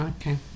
okay